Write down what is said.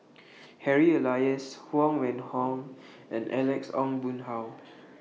Harry Elias Huang Wenhong and Alex Ong Boon Hau